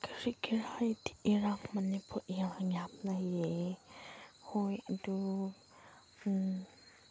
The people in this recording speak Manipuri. ꯀꯔꯤꯒꯤꯔꯥ ꯍꯥꯏꯔꯗꯤ ꯏꯔꯥꯡ ꯃꯅꯤꯄꯨꯔ ꯏꯔꯥꯡ ꯌꯥꯝ ꯂꯩꯌꯦ ꯍꯣꯏ ꯑꯗꯨ